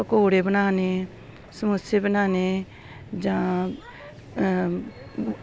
पकौड़े बनाने समोसे बनाने जां ओह्